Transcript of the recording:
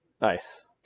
Nice